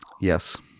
Yes